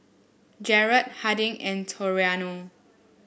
Jarred Harding and Toriano